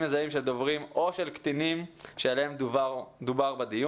מזהים של דוברים או של קטינים שעליהם דובר בדיון,